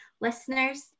listeners